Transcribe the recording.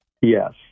Yes